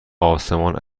آسمان